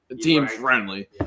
team-friendly